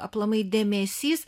aplamai dėmesys